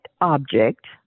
object